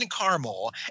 caramel